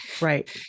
Right